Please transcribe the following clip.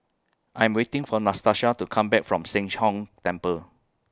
I'm waiting For Natasha to Come Back from Sheng Hong Temple